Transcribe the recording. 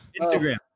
Instagram